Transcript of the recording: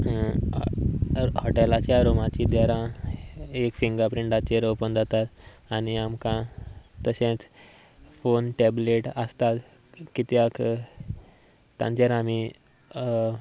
हॉटेलाच्या रुमाची दारां एक फिंगर प्रिंटाचेर ओपन जातात आनी आमकां तशेंच फोन टॅबलेट आसता कित्याक तांचेर आमी